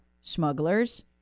smugglers